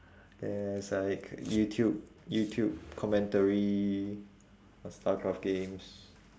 there's like youtube youtube commentary for starcraft games